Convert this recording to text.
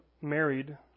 married